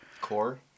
core